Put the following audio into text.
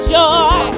joy